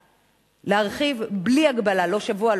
היתה להרחיב בלי הגבלה: לא שבוע,